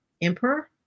emperor